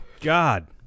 God